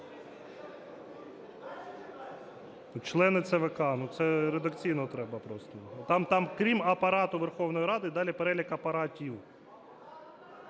члени ЦВК. Це редакційно треба просто. Там крім Апарату Верховної Ради, далі перелік апаратів.